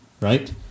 right